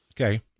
Okay